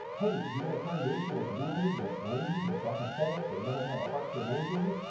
hey, you've got a congregation that's worldly, that's lazy, that's apathetic they don't have a heart for evangelism.